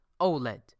OLED